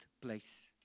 place